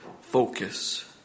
focus